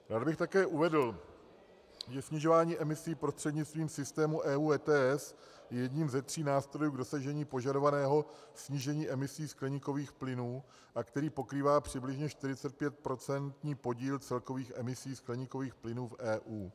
Rád bych také uvedl, že snižování emisí prostřednictvím systému EU ETS je jedním ze tří nástrojů k dosažení požadovaného snížení emisí skleníkových plynů, který pokrývá přibližně 45% podíl celkových emisí skleníkových plynů v EU.